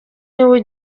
niwe